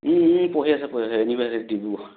পঢ়ি আছে পঢ়ি আছে ইউনিভাৰ্ছিটি ডিব্ৰুগড়